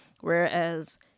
whereas